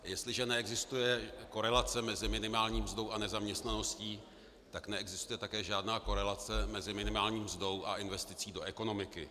Jestliže neexistuje korelace mezi minimální mzdou a nezaměstnaností, tak neexistuje také žádná korelace mezi minimální mzdou a investicí do ekonomiky.